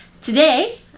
Today